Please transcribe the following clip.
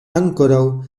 ankoraŭ